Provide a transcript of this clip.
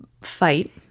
fight